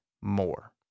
more